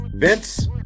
Vince